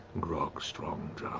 grog strongjaw.